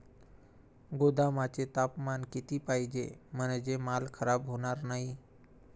गोदामाचे तापमान किती पाहिजे? म्हणजे माल खराब होणार नाही?